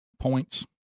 points